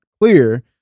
clear